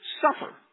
suffer